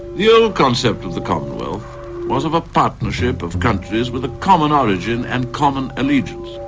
the old concept of the commonwealth was of a partnership of countries with a common origin and common allegiance.